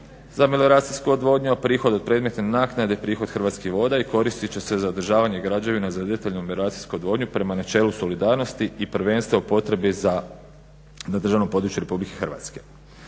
za melioracijsku odvodnju, a prihod od predmetne naknade, prihod Hrvatskih voda i koristit će se za održavanje građevina za detalju melioracijsku odvodnju prema načelu solidarnosti i prvenstva u potrebe za državno područje RH. Nadalje,